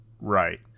Right